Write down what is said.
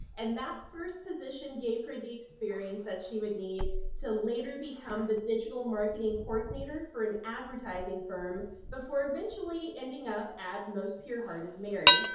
and that first position gave her the experience that she would need to later become the digital marketing coordinator for an advertising firm before eventually ending up at most pure heart of mary.